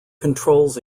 controls